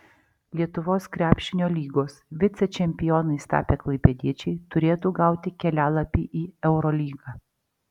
lietuvos krepšinio lygos vicečempionais tapę klaipėdiečiai turėtų gauti kelialapį į eurolygą